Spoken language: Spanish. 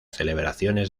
celebraciones